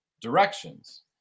directions